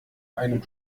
einem